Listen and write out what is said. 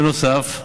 בנוסף,